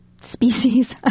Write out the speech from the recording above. species